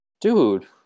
Dude